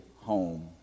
home